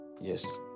yes